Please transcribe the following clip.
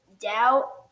doubt